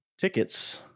tickets